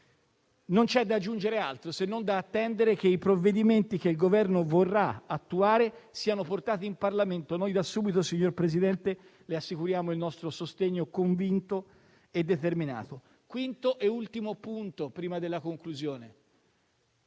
non c'è da aggiungere altro se non che attendere che i provvedimenti che il Governo vorrà attuare siano portati in Parlamento. Noi da subito, signor Presidente, le assicuriamo il nostro sostegno convinto e determinato. Quinto e ultimo punto prima della conclusione: